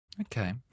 okay